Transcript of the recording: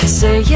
say